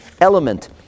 element